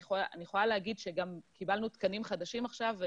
אני יכולה להגיד שגם קיבלנו תקנים חדשים עכשיו.